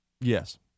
Yes